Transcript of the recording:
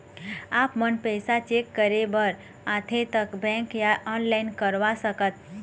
आपमन पैसा चेक करे बार आथे ता बैंक या ऑनलाइन करवा सकत?